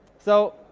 so,